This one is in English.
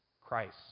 Christ